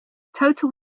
total